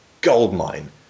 goldmine